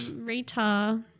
Rita